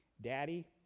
Daddy